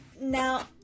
Now